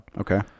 Okay